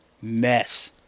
mess